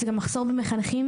זה גם מחסור במחנכים,